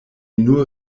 nur